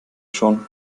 schon